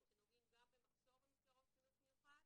שנוגעים גם במחסור במסגרות חינוך מיוחד